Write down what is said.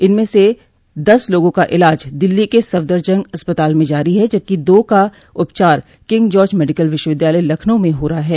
इनमें से दस लोगों का इलाज दिल्ली के सफदरजंग अस्पताल मे जारी है जबकि दो का उपचार किंग जार्ज मेडिकल विश्वविद्यालय लखनऊ में हो रहा है